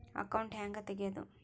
Account ಹ್ಯಾಂಗ ತೆಗ್ಯಾದು?